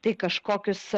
tai kažkokius